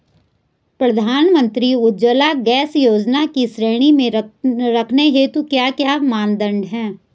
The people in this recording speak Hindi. प्रधानमंत्री उज्जवला गैस योजना की श्रेणी में रखने हेतु क्या क्या मानदंड है?